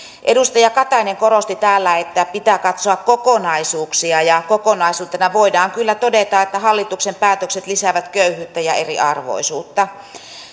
edustaja katainen korosti täällä että pitää katsoa kokonaisuuksia ja kokonaisuutena voidaan kyllä todeta että hallituksen päätökset lisäävät köyhyyttä ja eriarvoisuutta